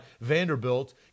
Vanderbilt